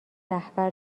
رهبر